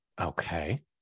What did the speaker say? Okay